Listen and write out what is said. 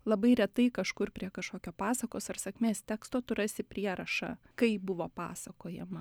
labai retai kažkur prie kažkokio pasakos ar sakmės teksto tu rasi prierašą kaip buvo pasakojama